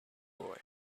boy